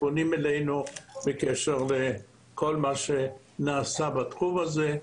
פונים אלינו בקשר לכל מה שנעשה בתחום הזה,